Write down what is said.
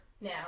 now